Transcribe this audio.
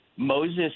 Moses